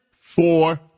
Four